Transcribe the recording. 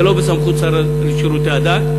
זה לא בסמכות השר לשירותי דת,